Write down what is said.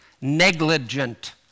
negligent